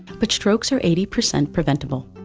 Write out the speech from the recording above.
but strokes are eighty percent preventable.